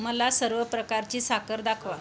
मला सर्व प्रकारची साखर दाखवा